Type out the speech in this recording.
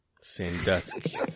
Sandusky